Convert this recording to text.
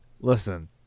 Listen